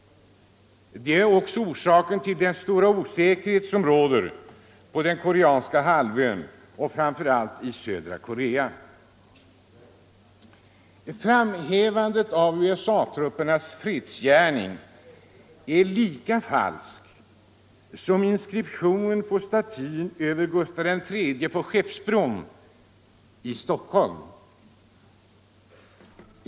De är också orsaken till den stora osäkerhet som råder på den koreanska halvön och framför allt i södra Korea. Framhävandet av USA-truppernas fredsgärning är lika falsk som inskriptionen på statyn över Gustav III på Skeppsbron i Stockholm.